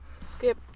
skip